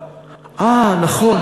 אה, נכון.